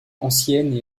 ancienne